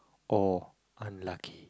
or unlucky